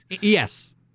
Yes